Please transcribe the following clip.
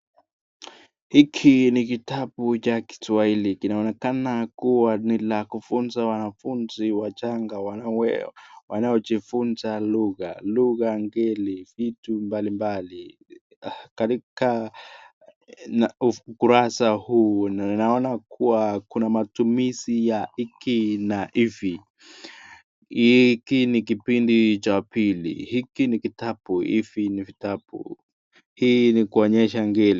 Hiki ni kitabu cha kiswahili. Kinaonekana kuwa ni la kufunza wanafunzi wachanga wanaojifunza lugha, lugha ngeli vitu mbalimbali katika ukurasa huu naona kuwa kuna matumizi ya hiki na hivi, hiki ni kipindi cha pili hiki ni kitabu hivi ni vitabu hii ni kuonyesha ngeli.